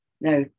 Now